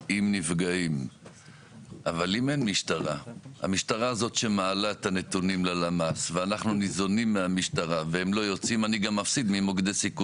אם כרגע בהינתן מצב שבו אנחנו יודעים לאורך שנים שיש